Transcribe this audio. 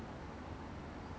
other otherwise